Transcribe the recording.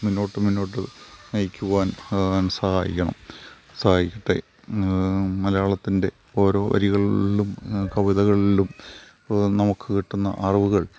മുന്നോട്ട് മുന്നോട്ട് നയിക്കുവാൻ സഹായിക്കണം സഹായിക്കട്ടെ മലയാളത്തിൻ്റെ ഓരോ വരികളിലും കവിതകളിലും നമുക്ക് കിട്ടുന്ന അറിവുകൾ